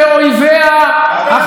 אתה תומך בגרועים שבאויביה,